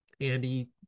Andy